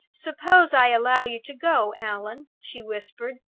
suppose i allow you to go, allan? she whispered,